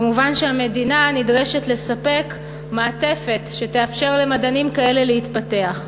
כמובן המדינה נדרשת לספק מעטפת שתאפשר למדענים כאלה להתפתח.